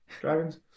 Dragons